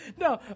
No